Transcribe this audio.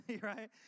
right